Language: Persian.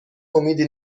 امیدی